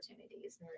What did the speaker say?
opportunities